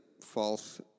false